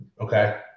Okay